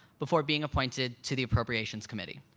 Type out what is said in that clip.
before being appointed to the appropriations committee.